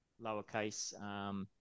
lowercase